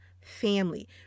family